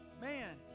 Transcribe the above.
Man